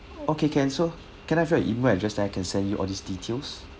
okay can so can I have your email address then I can send you all these details